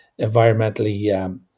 environmentally